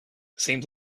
seems